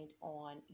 on